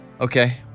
Okay